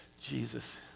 Jesus